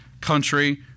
country